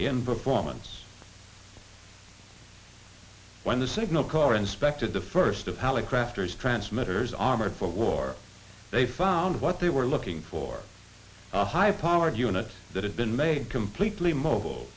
in performance when the signal corps inspected the first of hallicrafters transmitters armored for war they found what they were looking for a high powered unit that had been made completely mobile